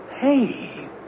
Hey